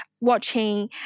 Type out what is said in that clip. watching